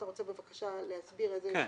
אתה רוצה בבקשה להסביר --- כן,